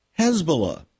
Hezbollah